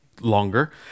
longer